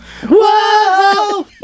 Whoa